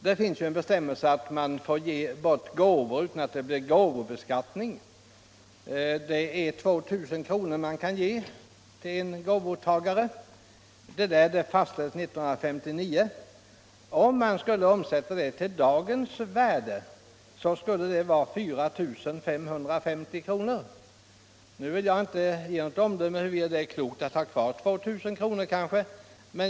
Det finns en bestämmelse om att man får ge gåvor till ett värde av 2 000 kr. till en gåvotagare utan att det blir gåvobeskattning. Detta belopp fastställdes 1959. Om man skall omsätta det till dagens penningvärde, skulle det vara 4 550 kr. Nu vill jag inte ge något omdöme om huruvida det är klokt att ha kvar gränsen 2000 kr.